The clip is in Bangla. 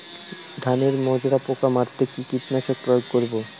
ধানের মাজরা পোকা মারতে কি কীটনাশক প্রয়োগ করব?